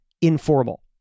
informal